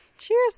Cheers